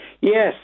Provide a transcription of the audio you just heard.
Yes